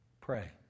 pray